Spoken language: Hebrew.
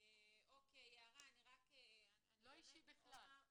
זה בכלל לא אישי.